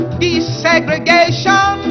desegregation